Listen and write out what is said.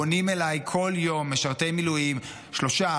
פונים אליי כל יום משרתי מילואים עם שלושה,